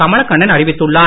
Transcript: கமலக்கண்ணன் அறிவித்துள்ளார்